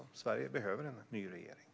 Sverige behöver en ny regering.